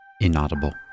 inaudible